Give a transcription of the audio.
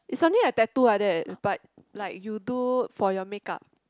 is something like tattoo like that but like you do for your makeup